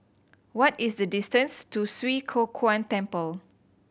what is the distance to Swee Kow Kuan Temple